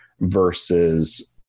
versus